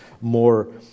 more